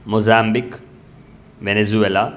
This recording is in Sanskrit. Mozambique Venezuela